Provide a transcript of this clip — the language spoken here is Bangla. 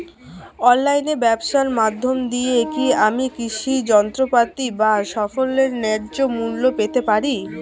অনলাইনে ব্যাবসার মধ্য দিয়ে কী আমি কৃষি যন্ত্রপাতি বা ফসলের ন্যায্য মূল্য পেতে পারি?